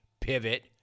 pivot